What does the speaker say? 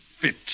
fit